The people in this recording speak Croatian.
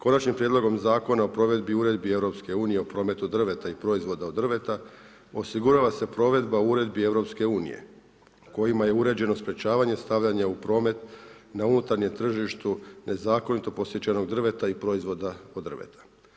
Konačnim prijedlogom Zakona o provedi Uredbe EU o prometu drveta i proizvoda od drveta osigurava se provedba uredbi EU kojima je uređeno sprečavanje stavljanja u promet na unutarnjem tržištu nezakonito posječenog drveta i proizvoda od drveta.